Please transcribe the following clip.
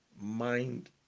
mind